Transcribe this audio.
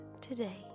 today